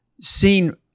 seen